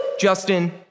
Justin